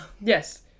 yes